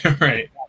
Right